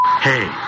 Hey